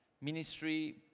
Ministry